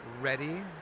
ready